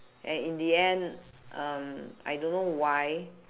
and in the end um I don't know why